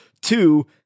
Two